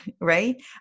right